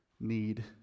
need